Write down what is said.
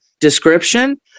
description